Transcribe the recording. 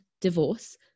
divorce